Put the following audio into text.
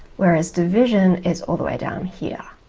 whereas division is all the way down here.